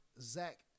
Zach